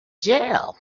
jail